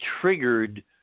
triggered –